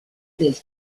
del